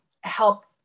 help